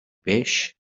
peix